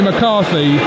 McCarthy